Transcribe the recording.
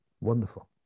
Wonderful